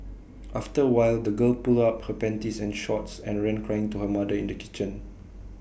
after A while the girl pulled up her panties and shorts and ran crying to her mother in the kitchen